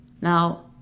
Now